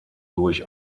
durch